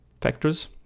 factors